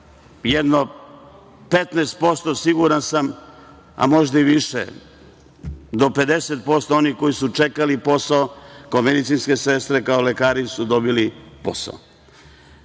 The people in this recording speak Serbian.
jedno 15% siguran sam, a možda i više, do 50% onih koji su čekali posao kao medicinske sestre, kao lekari su dobili posao. Kada